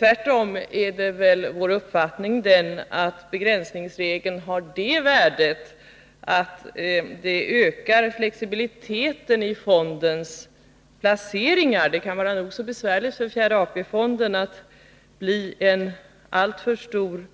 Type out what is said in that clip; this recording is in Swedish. Tvärtom är det vår uppfattning att begränsningsregeln har det värdet att den ökar flexibiliteten i fondens placeringar. Det kan bli nog så bekymmersamt för fjärde AP-fonden om den blir en alltför stor